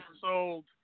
sold